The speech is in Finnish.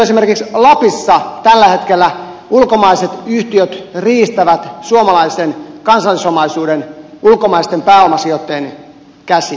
esimerkiksi lapissa tällä hetkellä ulkomaiset yhtiöt riistävät suomalaisen kansallisomaisuuden ulkomaisten pääomasijoittajien käsiin